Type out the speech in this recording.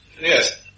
Yes